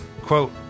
Quote